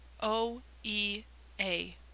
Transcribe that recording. O-E-A